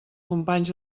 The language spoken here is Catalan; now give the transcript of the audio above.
companys